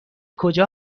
کجا